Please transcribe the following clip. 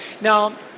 Now